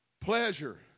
Pleasure